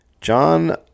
John